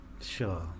Sure